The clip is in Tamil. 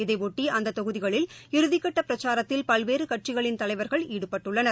இதையொட்டிஅந்ததொகுதிகளில் இறுதிக்கட்டபிரச்சாரத்தில் பல்வேறுகட்சிகளின் தலைவர்கள் ஈடுபட்டுள்ளனர்